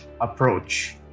approach